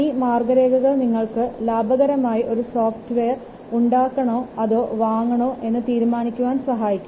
ഈ മാർഗ്ഗരേഖകൾ നിങ്ങൾക്ക് ലാഭകരമായി ഒരു സോഫ്റ്റ് വെയർ ഉണ്ടാക്കണമോ അതോ വാങ്ങണമോ എന്ന് തീരുമാനിക്കുവാൻ സഹായിക്കും